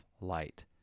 light